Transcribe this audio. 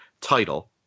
title